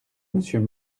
monsieur